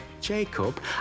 Jacob